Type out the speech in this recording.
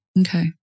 Okay